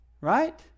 right